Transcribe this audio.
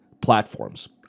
platforms